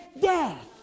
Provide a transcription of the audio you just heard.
death